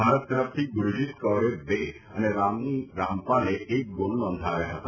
ભારત તરફથી ગુરૂજીત કૌરે બે અને રાની રામપાલે એક ગોલ નોંધાવ્યા હતા